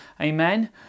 Amen